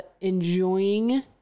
enjoying